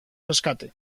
rescate